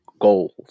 goals